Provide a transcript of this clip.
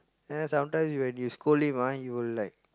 then sometimes when you scold him ah he will like